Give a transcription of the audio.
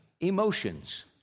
emotions